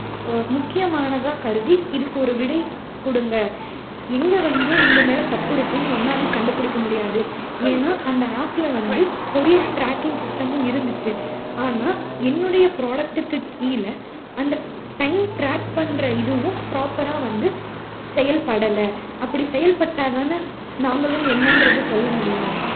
ஓ முக்கியமானதாக கருதி இதுக்கு ஒரு விடை கொடுங்க எங்கே வந்து உங்கள் மேல் தப்பு இருக்குதுன்னு என்னாலேயும் கண்டுப்பிடிக்க முடியாது ஏன்னா அந்த ஆபில் வந்து கொரியர் ட்ராக்கிங் சிஸ்டமும் இருந்துச்சு ஆனால் என்னுடைய ப்ராடக்ட்டிற்க்கு கீழே அந்த டைம் டிராக் பண்ணுற இதுவும் ப்ராப்பராக வந்து செயல் படலை அப்படி செயல்பட்டால் தான் நாங்களும் என்னன்றதை சொல்ல முடியும்